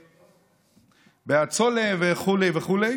בהצלה וכו' וכו'.